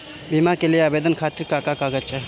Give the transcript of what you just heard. बीमा के लिए आवेदन खातिर का का कागज चाहि?